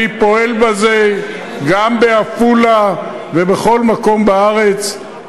אני פועל בזה גם בעפולה ובכל מקום בארץ.